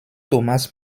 thomas